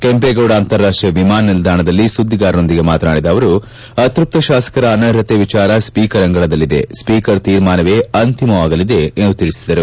ಕೆಂಪೇಗೌಡ ಅಂತರಾಷ್ನೀಯ ವಿಮಾನ ನಿಲ್ದಾಣದಲ್ಲಿ ಸುದ್ದಿಗಾರರೊಂದಿಗೆ ಮಾತನಾಡಿದ ಅವರು ಅತೃಪ್ತ ಶಾಸಕರ ಅನರ್ಹತೆ ವಿಚಾರ ಸ್ವೀಕರ್ ಅಂಗಳದಲ್ಲಿದೆ ಸ್ವೀಕರ್ ತೀರ್ಮಾನವೇ ಅಂತಿಮವಾಗಲಿದೆ ಎಂದು ತಿಳಿಸಿದರು